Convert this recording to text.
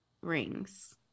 rings